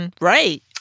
Right